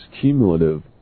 cumulative